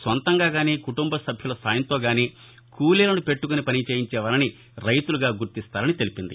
సొంతంగాగానీ కుటుంబసభ్యుల సాయంతోగానీ కూలీలను పెట్టకొని పనిచేయించేవారిని రైతులుగా గుర్తిస్తారని తెలిపింది